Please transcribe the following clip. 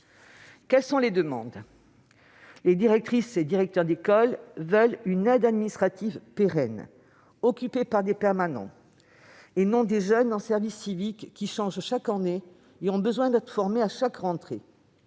Quelles sont les demandes ? Les directrices et directeurs d'école veulent une aide administrative pérenne, assurée par des permanents et non par des jeunes en service civique, qui changent tous les ans et ont besoin d'être formés à chaque rentrée.